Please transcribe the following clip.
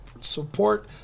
support